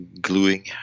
gluing